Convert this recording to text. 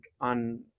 on